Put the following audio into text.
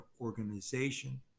organization